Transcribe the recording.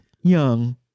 Young